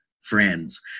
friends